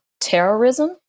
terrorism